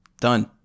done